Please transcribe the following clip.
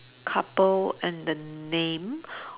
couple and the name